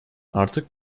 artık